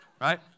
right